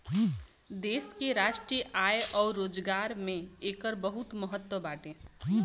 देश के राष्ट्रीय आय अउर रोजगार में एकर बहुते महत्व बाटे